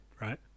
right